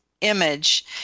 image